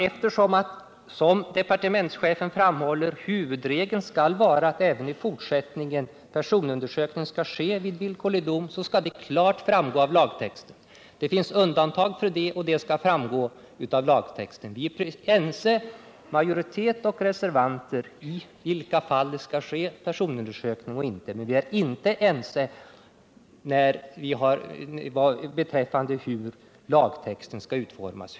Eftersom departementschefen framhåller att huvudregeln skall vara att personundersökning även i fortsättningen skall ske vid villkorlig dom, så hävdar vi att det klart skall framgå av lagtexten. Undantagen därvidlag skall också framgå av lagtexten. Majoriteten och reservanterna i utskottet är alltså ense om i vilka fall personundersökning skall ske, men man är inte ense beträffande lagtextens utformning.